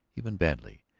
even badly,